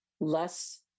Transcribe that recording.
less